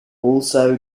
also